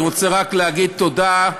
אני רוצה רק להגיד תודה,